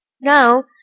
Now